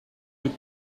you